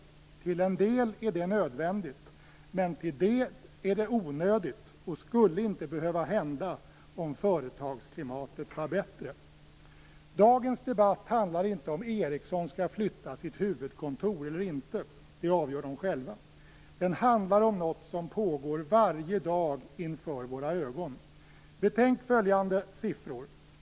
Till en del är det nödvändigt, men till en del är det onödigt. Det skulle inte behöva hända om företagsklimatet var bättre. Dagens debatt handlar inte om huruvida Ericsson skall flytta sitt huvudkontor eller inte. Det avgör de själva. Den handlar om något som pågår varje dag inför våra ögon. Betänk följande siffror.